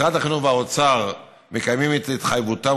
משרד החינוך והאוצר מקיימים את התחייבותם